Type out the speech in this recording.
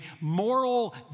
moral